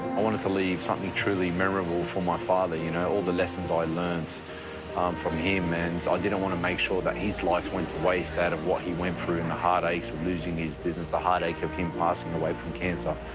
i wanted to leave something truly memorable for my father, you know, all the lessons i learned from him. and i didn't want to make sure that his life went to waste out of what he went through and the heartaches of losing his business, the heartache of him passing away from cancer,